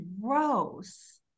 gross